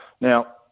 Now